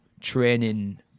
training